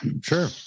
sure